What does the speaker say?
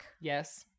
Yes